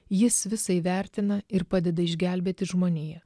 jis visa įvertina ir padeda išgelbėti žmoniją